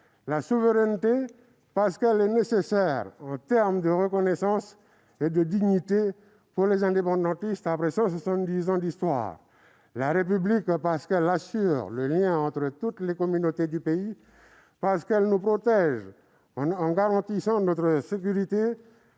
La souveraineté, parce qu'elle est nécessaire en termes de reconnaissance et de dignité pour les indépendantistes, après 170 ans d'histoire. La République, parce qu'elle assure le lien entre toutes les communautés du pays, parce qu'elle nous protège en garantissant notre sécurité